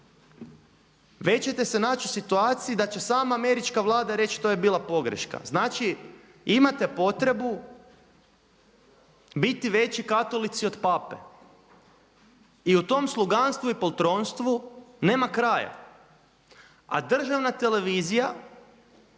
već ćete se naći u situaciji da sama američka vlada reći to je bila pogreška. Znači imate potrebu biti veći katolici od Pape. I u tom sluganstvu i poltronstvu nema kraja. A državna televizija